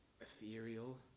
ethereal